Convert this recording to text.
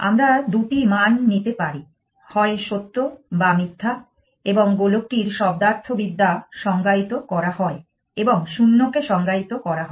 আমরা দুটি মান নিতে পারি হয় সত্য বা মিথ্যা এবং গোলকটির শব্দার্থবিদ্যা সংজ্ঞায়িত করা হয় এবং শূন্যকে সংজ্ঞায়িত করা হয়